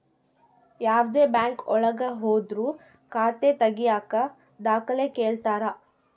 ಯಾವ್ದೇ ಬ್ಯಾಂಕ್ ಒಳಗ ಹೋದ್ರು ಖಾತೆ ತಾಗಿಯಕ ದಾಖಲೆ ಕೇಳ್ತಾರಾ